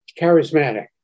charismatic